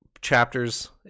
chapters